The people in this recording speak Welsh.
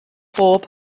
mhob